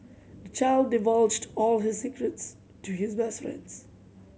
the child divulged all his secrets to his best friends